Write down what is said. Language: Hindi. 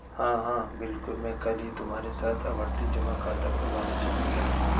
हां हां बिल्कुल मैं कल ही तुम्हारे साथ आवर्ती जमा खाता खुलवाने चलूंगा